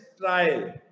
trial